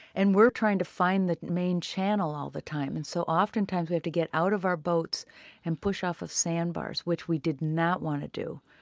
and we're trying to find the main channel all the time. and so oftentimes we have to get out of our boats and push off of sandbars, which we did not want to do,